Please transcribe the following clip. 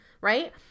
right